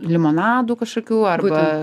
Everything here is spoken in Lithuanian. limonadų kažkokių arba